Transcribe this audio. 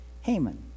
Haman